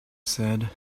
said